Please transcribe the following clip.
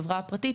חברה פרטית,